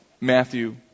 Matthew